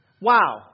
Wow